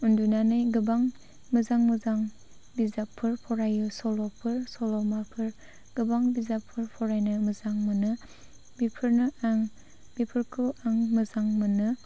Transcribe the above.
उन्दुनानै गोबां मोजां मोजां बिजाबफोर फरायो सल'फोर सल'माफोर गोबां बिजाबफोर फरायनो मोजां मोनो बेफोरखौ आं मोजां मोनो